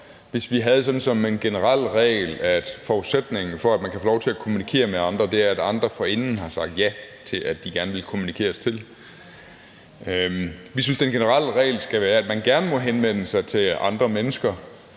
hvis vi havde det som en generel regel, at forudsætningen for, at man kunne få lov til at kommunikere med andre, var, at andre forinden havde sagt ja til, at de gerne vil kommunikeres til. Vi synes, at den generelle regel skal være, at man gerne må henvende sig til andre mennesker.